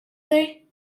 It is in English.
they